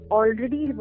already